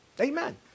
Amen